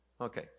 Okay